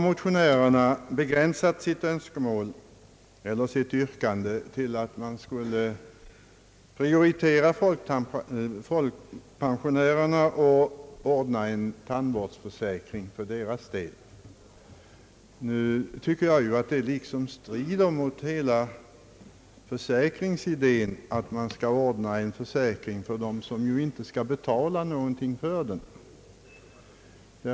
Motionärerna har nu begränsat sitt yrkande och föreslagit att folkpensionärerna skulle prioriteras och att en tandvårdsförsäkring skall ordnas för deras del. Det tycker jag strider mot hela försäkringsidén. Det innebär att man ordnar en försäkring för personer som inte skall betala någonting för den.